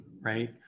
right